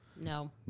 No